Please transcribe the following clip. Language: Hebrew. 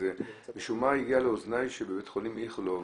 משום מה הגיע לאוזניי שבבית חולים איכילוב,